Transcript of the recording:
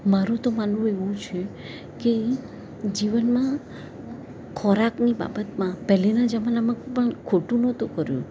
મારું તો માનવું એવું છે કે જીવનમાં ખોરાકની બાબતમાં પહેલાના જમાનામાં પણ ખોટું નતું કર્યું